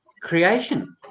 creation